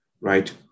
right